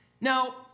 Now